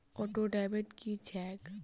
Auto debit की छैक?